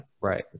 Right